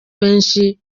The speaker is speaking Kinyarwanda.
benshi